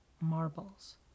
marbles